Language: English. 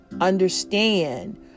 understand